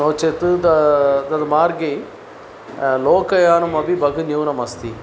नो चेत् दा तद् मार्गे लोकयानमपि बहु न्यूनमस्ति